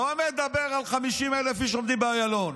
לא מדבר על 50,000 איש שעומדים באיילון,